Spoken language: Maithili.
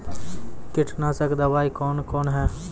कीटनासक दवाई कौन कौन हैं?